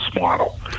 model